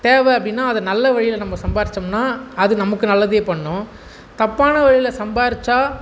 தேவை அப்படினா அதை நல்ல வழியில் நம்ப சம்பாதிச்சம்னா அது நமக்கு நல்லதே பண்ணும் தப்பான வழியில் சம்பாதிச்சா